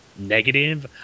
negative